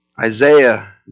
Isaiah